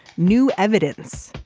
new evidence,